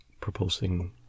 propulsing